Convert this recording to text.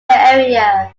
area